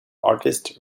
artist